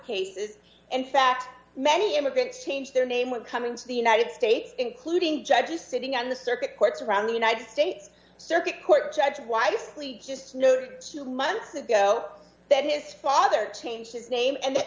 cases in fact many immigrants change their name when coming to the united states including judges sitting on the circuit courts around the united states circuit court judge wifely just no two months ago that his father changed his name and that